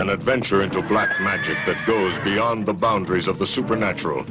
an adventure into a black magic that goes beyond the boundaries of the supernatural